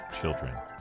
children